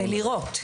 ולירות.